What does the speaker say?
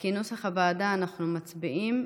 כנוסח הוועדה אנחנו מצביעים.